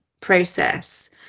process